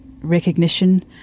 recognition